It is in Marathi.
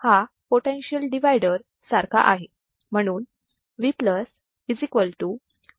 म्हणजेच हा पोटेन्शियल डिव्हायडर सारखा आहे